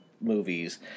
movies